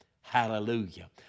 Hallelujah